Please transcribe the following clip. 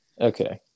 okay